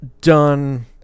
done